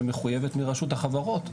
שמחוייבת מרשות החברות.